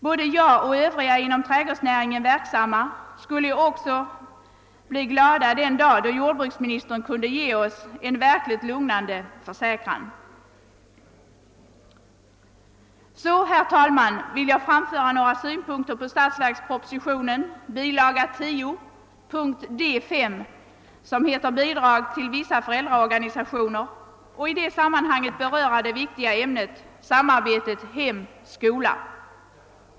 Både jag och andra inom trädgårdsnäringen verksamma skulle också bli glada den dag jordbruksministern kunde ge oss en verkligt lugnande försäkran. Så, herr talman, vill jag anföra några synpunkter på statsverkspropositionens bilaga 10, D 5, Bidrag till vissa föräldraorganisationer, och i det sammanhanget beröra det viktiga ämnet samarbete hem-skola.